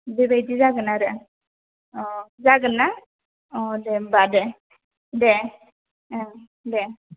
बेबायदि जागोन आरो अ' जागोन्ना अ' दे होनबा दे दे ओं दे